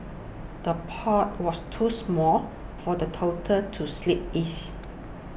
the pot was too small for the toddler to sleep is